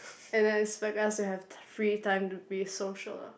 and then expect us to have free time to be social ah